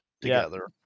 together